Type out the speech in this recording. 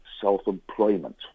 self-employment